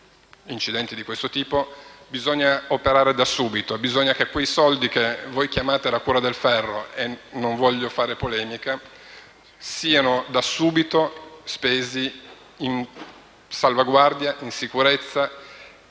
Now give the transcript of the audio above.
incidenti di questo tipo, bisogna operare da subito e bisogna che quei soldi che voi chiamate la "cura del ferro" - non voglio fare polemiche - siano da subito spesi in salvaguardia e sicurezza,